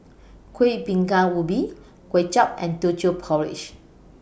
Kuih Bingka Ubi Kuay Chap and Teochew Porridge